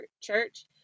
church